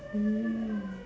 mm